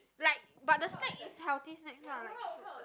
like but the snacks is healthy snacks uh like fruits